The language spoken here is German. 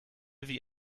wie